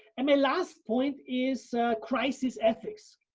and my last point is crisis ethics.